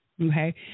okay